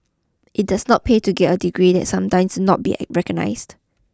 it does not pay to get degrees that sometimes not be recognised